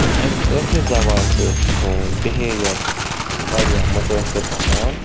تہٕ امۍ کٲشٕر زبانہِ سۭتۍ چھِ سون بِہیویَر تہِ واریاہ مُتٲثر گَژھان